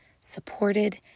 supported